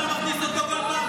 מי מכניס אותו כל פעם?